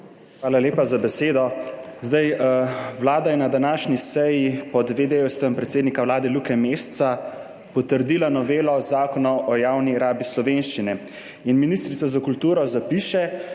Hvala lepa za besedo. Vlada je na današnji seji pod vedejevstvom predsednika Vlade Luke Mesca potrdila novelo Zakona o javni rabi slovenščine. In ministrica za kulturo zapiše: